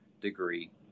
degree